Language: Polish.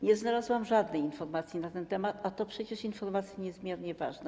Nie znalazłam żadnej informacji na ten temat, a to przecież informacja niezmiernie ważna.